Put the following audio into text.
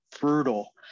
brutal